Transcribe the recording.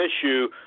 issue